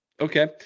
Okay